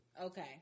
okay